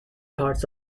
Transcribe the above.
parts